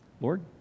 Lord